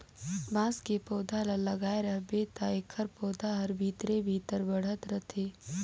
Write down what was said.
बांस के पउधा ल लगाए रहबे त एखर पउधा हर भीतरे भीतर बढ़ात रथे